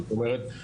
זאת אומרת,